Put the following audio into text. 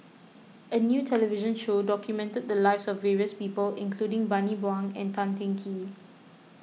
a new television show documented the lives of various people including Bani Buang and Tan Teng Kee